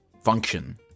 function